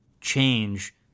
change